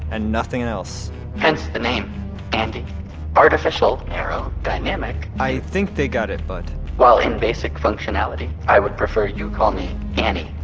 and nothing else hence the name andi artificial narrow dynamicchip i think they got it, bud while in basic functionality, i would prefer you call me annie.